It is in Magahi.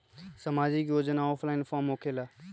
समाजिक योजना ऑफलाइन फॉर्म होकेला?